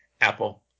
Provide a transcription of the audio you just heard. Apple